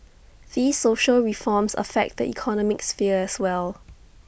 these social reforms affect the economic sphere as well